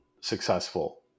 successful